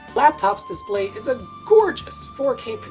laptop's display is a gorgeous four k,